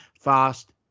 fast